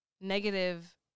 negative